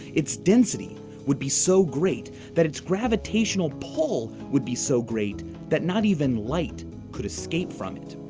its density would be so great that its gravitational pull would be so great that not even light could escape from it.